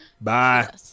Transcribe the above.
bye